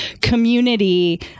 community